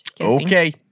Okay